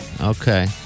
Okay